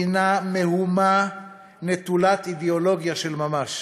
כמובן, היא מהומה נטולת אידיאולוגיה של ממש,